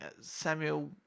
Samuel